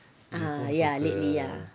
ah ya lately ya